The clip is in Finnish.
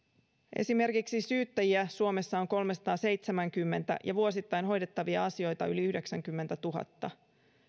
esimerkiksi syyttäjiä suomessa on kolmesataaseitsemänkymmentä ja vuosittain hoidettavia asioita yli yhdeksänkymmentätuhatta